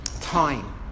time